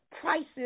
prices